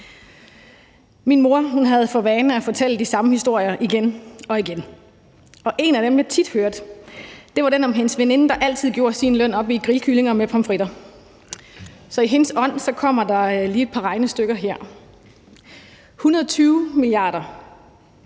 Min mor havde for vane at fortælle de samme historier igen og igen, og en af dem, jeg tit hørte, var den om hendes veninde, der altid gjorde sin løn op i grillkyllinger med pomfritter. Så i hendes ånd kommer der lige et par regnestykker her. For 120 mia. kr.